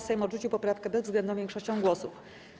Sejm odrzucił poprawkę bezwzględną większością głosów.